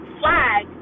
flag